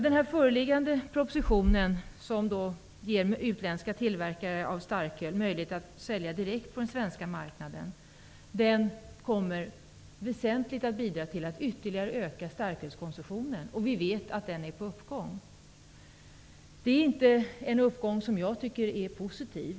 Den föreliggande propositionen, som föreslår att utländska tillverkare av starköl skall ges möjlighet att sälja direkt på den svenska marknaden, kommer väsentligt att bidra till att ytterligare öka starkölskonsumtionen. Vi vet att den är på uppgång. Det är inte en uppgång som jag tycker är positiv.